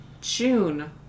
June